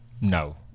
No